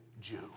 Jew